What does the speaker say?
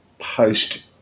Post